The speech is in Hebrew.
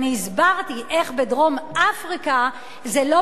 אני הסברתי איך בדרום-אפריקה זה לא